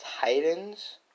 Titans